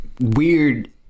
weird